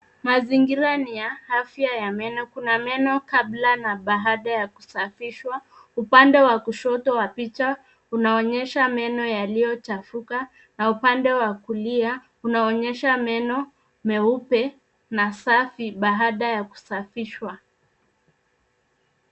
Mazingira ni ya afya ya meno kuna meno kabla na baada ya kusafishwa. Upande wa kushoto wa picha unaonyesha meno yaliyochafuka na upande wa kulia unaonyesha meno meupe na safi baada ya kusafishwa.